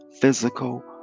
physical